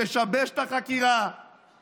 לשבש את החקירה,